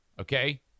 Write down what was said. Okay